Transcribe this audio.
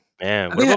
man